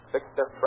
Victor